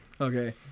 Okay